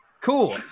Cool